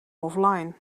offline